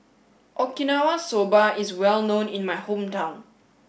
Okinawa Soba is well known in my hometown